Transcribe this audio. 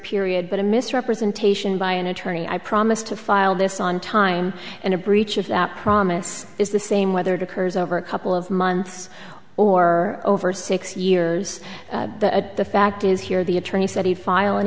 period but a misrepresentation by an attorney i promise to file this on time and a breach of that promise is the same whether to occurs over a couple of months or over six years the fact is here the attorney said he'd file and